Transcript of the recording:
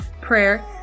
prayer